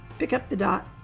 pick up the dot,